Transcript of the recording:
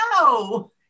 no